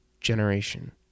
generation